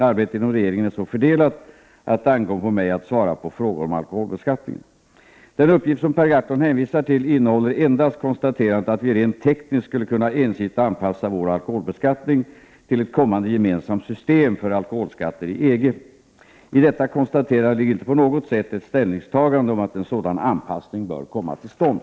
Arbetet inom regeringen är så fördelat att det ankommer på mig att svara på frågor om alkoholbeskattningen. Den uppgift som Per Gahrton hänvisar till innehåller endast konstaterandet att vi rent tekniskt skulle kunna ensidigt anpassa vår alkoholbeskattning till ett kommande gemensamt system för alkoholskatter i EG. I detta konstaterande ligger inte på något sätt ett ställningstagande för att en sådan anpassning bör komma till stånd.